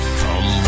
come